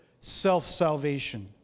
self-salvation